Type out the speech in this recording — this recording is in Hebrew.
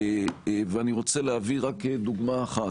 ואני רוצה להביא רק דוגמה אחת.